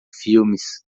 filmes